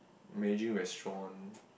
imagine restaurant